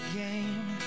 game